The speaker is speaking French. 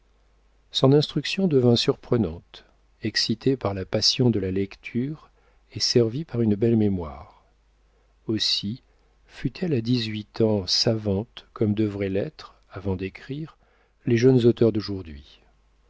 son instruction devint surprenante excitée par la passion de la lecture et servie par une belle mémoire aussi fut-elle à dix-huit ans savante comme devraient l'être avant d'écrire les jeunes auteurs d'aujourd'hui